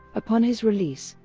upon his release,